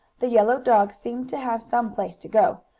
the yellow dog seemed to have some place to go.